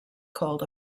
called